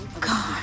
god